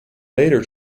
later